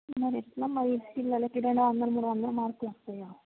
మరి ఎట్లా మరి పిల్లలకి ఎక్కడన్న అన్నీ మీరు అన్నంత మార్కులు వస్తాయా